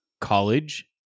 college